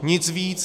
Nic víc.